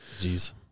Jeez